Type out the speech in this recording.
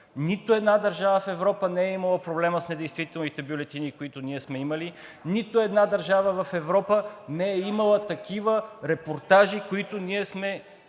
Нито една държава в Европа не е имала проблема с недействителните бюлетини, който ние сме имали. Нито една държава в Европа не е имала такива репортажи, които ние сме